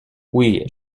oui